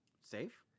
safe